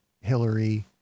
Hillary